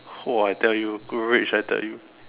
!wah! I tell you rage I tell you